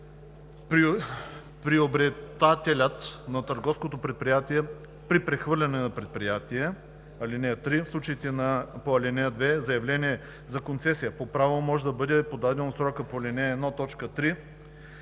приобретателят на търговското предприятие при прехвърляне на предприятие. (3) В случаите по ал. 2 заявление за концесия по право може да бъде подадено в срока по ал. 1,